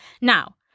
Now